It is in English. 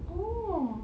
oh